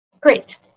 Great